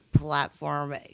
platform